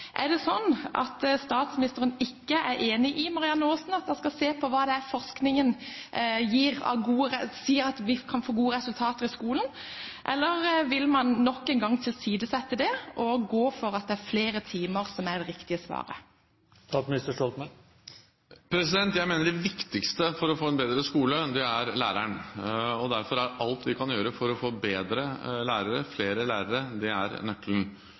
er det riktige svaret i norsk skole, når forskningen viser noe annet. Er det slik at statsministeren ikke er enig med Marianne Aasen i at man skal se på hva forskningen sier kan gi gode resultater i skolen? Eller vil man nok en gang tilsidesette det, og gå for at det er flere timer som er det riktige svaret? Jeg mener det viktigste for å få en bedre skole er læreren. Derfor er alt vi kan gjøre for å få bedre og flere lærere, nøkkelen.